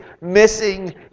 missing